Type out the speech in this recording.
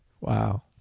wow